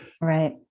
Right